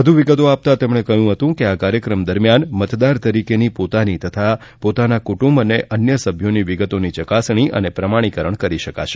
વધુ વિગતો આપતાં તેમણે કહ્યું હતું કે આ કાર્યક્રમ દરમ્યાન મતદાર તરીકેની પોતાની તથા પોતાના કુટુંબના અન્ય સભ્યોની વિગતોની ચકાસણી અને પ્રમાણિકરણ કરી શકશે